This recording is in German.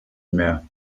mehr